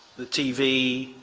the tv,